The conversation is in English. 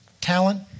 talent